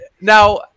now